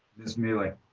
ms. miele.